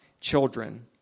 children